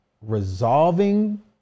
resolving